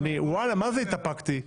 וואלה, מזה התאפקתי.